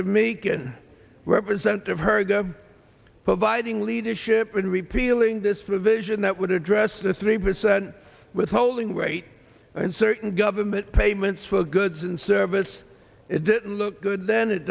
me can represent of her ego providing leadership in repealing this provision that would address the three percent withholding rate and certain government payments for goods and service it didn't look good then it